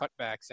cutbacks